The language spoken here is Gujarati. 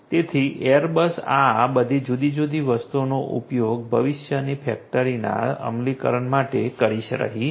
તેથી એરબસ આ બધી જુદી જુદી વસ્તુઓનો ઉપયોગ ભવિષ્યની ફેક્ટરીના અમલીકરણ માટે કરી રહી છે